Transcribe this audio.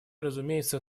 разумеется